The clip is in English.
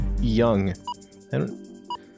young